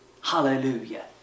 Hallelujah